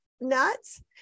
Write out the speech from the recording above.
nuts